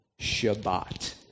Shabbat